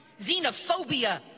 xenophobia